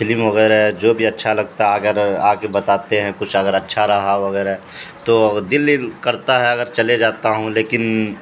film وغیرہ جو بھی اچھا لگتا ہے اگر آ کے بتاتے ہیں کچھ اگر اچھا رہا وغیرہ تو دلل کرتا ہے اگر چلے جاتا ہوں لیکن